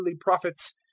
prophets